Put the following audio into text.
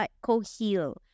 co-heal